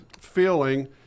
feeling